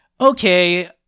okay